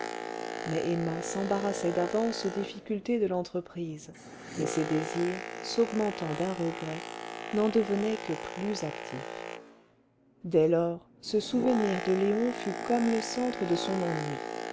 mais emma s'embarrassait d'avance aux difficultés de l'entreprise et ses désirs s'augmentant d'un regret n'en devenaient que plus actifs dès lors ce souvenir de léon fut comme le centre de son ennui